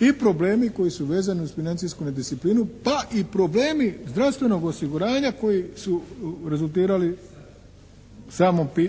i problemi koji su vezani uz financijsku nedisciplinu pa i problemi zdravstvenog osiguranja koji su rezultirali